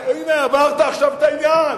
הנה, אמרת עכשיו את העניין.